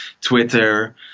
twitter